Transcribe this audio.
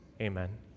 Amen